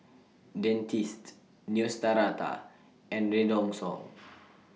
Dentiste Neostrata and Redoxon